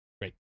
Great